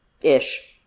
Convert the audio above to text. ish